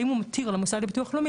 האם הוא מתיר למוסד לביטוח הלאומי,